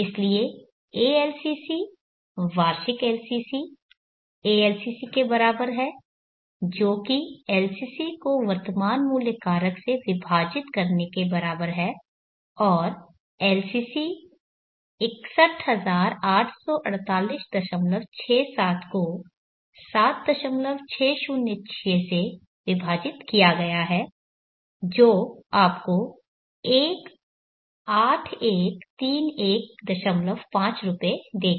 इसलिए ALCC वार्षिक LCC ALCC के बराबर है जो कि LCC को वर्तमान मूल्य कारक से विभाजित करने के बराबर है और LCC 6184867 को 7606 से विभाजित किया गया है जो आपको 81315 रुपये देगा